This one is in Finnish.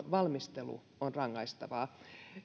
valmistelu on rangaistavaa